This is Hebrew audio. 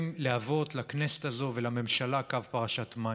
להוות לכנסת הזאת ולממשלה קו פרשת מים.